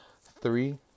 Three